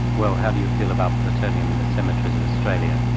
well, how do you feel about plutonium in the cemeteries of australia?